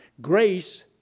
Grace